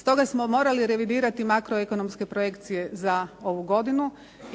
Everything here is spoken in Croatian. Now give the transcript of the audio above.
Stoga smo morali revidirati makroekonomske projekcije za ovu godinu